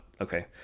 okay